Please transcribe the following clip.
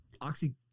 Oxy